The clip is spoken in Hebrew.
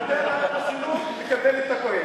תוותר על החסינות, תקבל את הכהן.